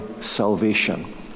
salvation